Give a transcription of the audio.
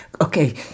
okay